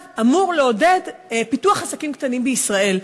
אמור לעודד פיתוח עסקים קטנים בישראל.